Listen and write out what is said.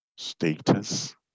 status